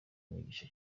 imigisha